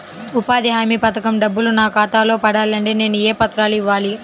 ఉపాధి హామీ పథకం డబ్బులు నా ఖాతాలో పడాలి అంటే నేను ఏ పత్రాలు ఇవ్వాలి?